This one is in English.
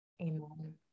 Amen